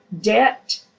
debt